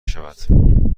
شود